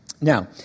Now